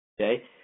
Okay